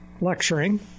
lecturing